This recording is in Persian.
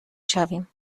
شویم